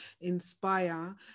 inspire